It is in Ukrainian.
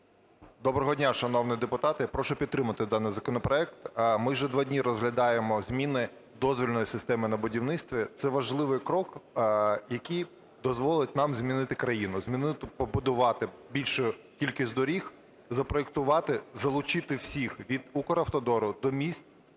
Доброго дня, шановні депутати! Прошу підтримати даний законопроект. Ми вже два дні розглядаємо зміни дозвільної системи на будівництві. Це важливий крок, який дозволить нам змінити країну: побудувати більшу кількість доріг, запроектувати, залучити всіх від "Укравтодору" до міст